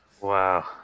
Wow